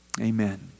Amen